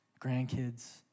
grandkids